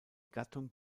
gattung